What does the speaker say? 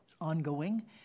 ongoing